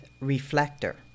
Reflector